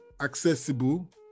accessible